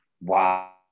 wow